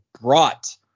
brought